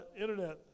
internet